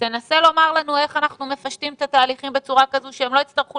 תנסה לומר לנו איך אנחנו מפשטים את התהליכים בצורה כזאת שהם לא יצטרכו